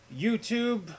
youtube